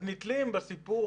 אז נתלים בסיפור